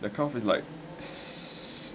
the cut off is like s~ nine